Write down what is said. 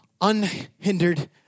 unhindered